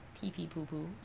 Pee-pee-poo-poo